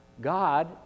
God